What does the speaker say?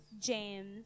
James